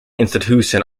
institution